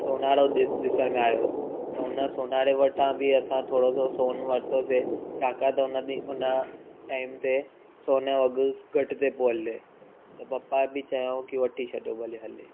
सोनारो ॾि ॾिसण में आयोसीं त हुन सोनारे वठा बि असां थोरो सो सोन वरितोसीं छाकाणि त हुन ॾींहुं हुन टाइम ते सोने जो अघु घटि ते पियो हले त पप्पा बि चयो की वठी छॾिजो भले हले